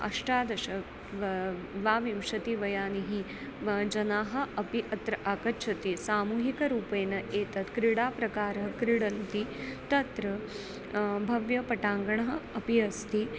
अष्टादश द्वाविंशतिः वयांसि वा जनाः अपि अत्र आगच्छन्ति सामूहिकरूपेण एतत्क्रीडाप्रकारः क्रीडन्ति तत्र भव्यप्राङ्गणम् अपि अस्ति